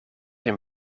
een